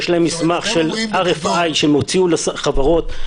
יש להם מסמך של RFI שהם הוציאו לחברות,